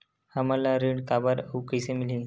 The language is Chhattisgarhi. हमला ऋण काबर अउ कइसे मिलही?